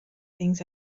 things